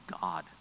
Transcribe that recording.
God